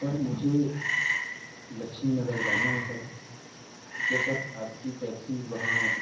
سر مجھے لکچھمی نگر جانا ہے سر تو کیا سر آپ کی ٹیکسی وہاں